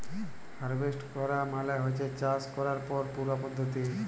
harvest ক্যরা মালে হছে চাষ ক্যরার যে পুরা পদ্ধতি